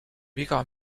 viga